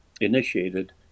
initiated